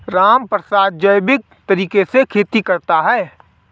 रामप्रसाद जैविक तरीके से खेती करता है